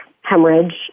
hemorrhage